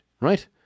right